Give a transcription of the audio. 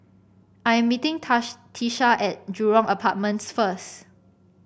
I am meeting Tisha at Jurong Apartments first